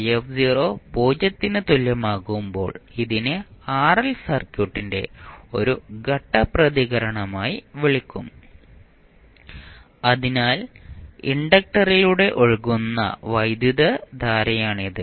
i 0 ന് തുല്യമാകുമ്പോൾ ഇതിനെ RL സർക്യൂട്ടിന്റെ ഒരു ഘട്ട പ്രതികരണമായി വിളിക്കും അതിനാൽ ഇൻഡക്റ്ററിലൂടെ ഒഴുകുന്ന വൈദ്യുതധാരയാണിത്